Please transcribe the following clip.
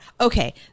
Okay